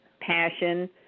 passion